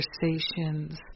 conversations